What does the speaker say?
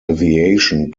aviation